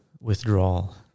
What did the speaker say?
withdrawal